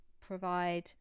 provide